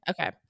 Okay